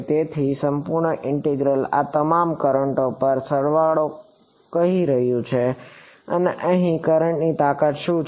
તેથી આ સંપૂર્ણ ઇન્ટિગ્રલ આ તમામ કરંટો પર સરવાળો કહી રહ્યું છે કે અહીં કરંટ તાકાત શું છે